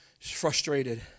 frustrated